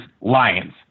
Lions